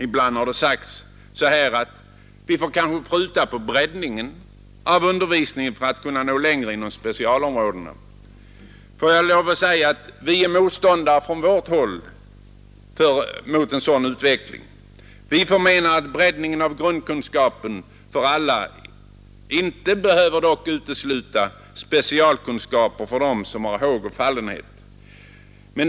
Ibland har det sagts att vi får kanske pruta av på breddningen av undervisningen för att kunna nå längre inom specialområdena. Vi är motståndare till en sådan utveckling. Vi förmenar att breddningen av grundkunskaperna för alla inte behöver utesluta specialkunskaper för dem som har håg och fallenhet därför.